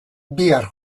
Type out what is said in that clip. bihar